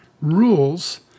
rules